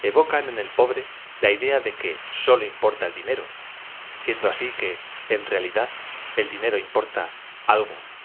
evocan en el pobre la idea de que solo importa el dinero siendo asi que en realidad el di ñero importa algo e